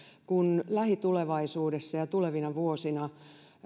kun lähitulevaisuudessa ja tulevina vuosina